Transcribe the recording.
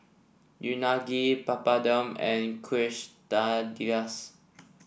Unagi Papadum and Quesadillas